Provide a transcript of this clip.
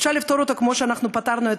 אפשר לפתור אותו כמו שאנחנו פתרנו את